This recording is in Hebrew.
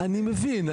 אני מבין,